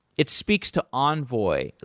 it speaks to envoy.